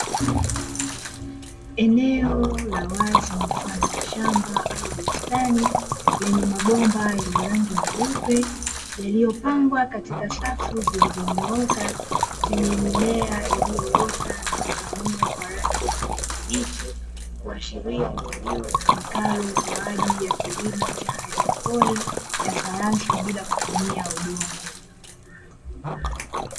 Eneo la wazi mfano wa shamba au bustani lenye mabomba yenye rangi nyeupe, yaliyopangwa katika safu zilizonyooka zenye mimea iliyoota na kuchanua kwa rangi ya kijani kibichi kuashiria ni eneo litumikalo kwa ajili ya kilimo cha hadio pole ya sayansi bila kutumia udongo.